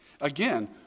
Again